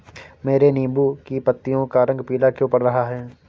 मेरे नींबू की पत्तियों का रंग पीला क्यो पड़ रहा है?